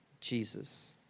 Jesus